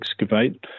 excavate